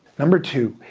number two,